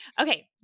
Okay